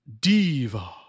Diva